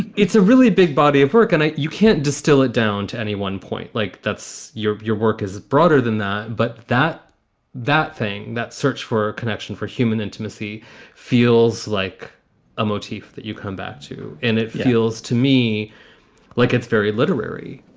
it's a really big body of work. and you can't distill it down to any one point. like, that's your your work is broader than that. but that that thing, that search for a connection for human intimacy feels like a motif that you come back to. and it feels to me like it's very literary